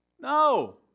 No